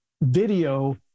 video